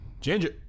Ginger